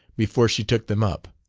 before she took them up.